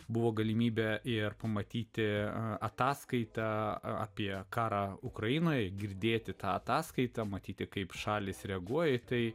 buvo galimybę ir pamatyti ataskaitą apie karą ukrainoje girdėti tą ataskaitą matyti kaip šalys reaguoja į tai